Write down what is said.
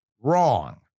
wrong